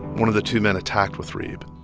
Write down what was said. one of the two men attacked with reeb.